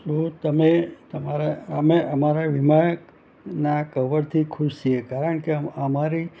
શું તમે તમારા અમે અમારે વીમાનાં કવરથી ખુશ છીએ કારણ કે અમારી